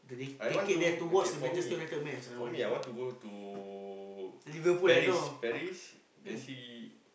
I want to okay for me for me I want to go to Paris Paris and see